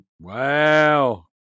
Wow